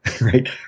right